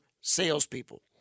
salespeople